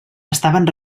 estaven